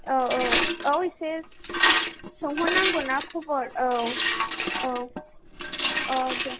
औ औ औ एसे सोंहर नांगौना खबर औ औ औ दे